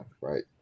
right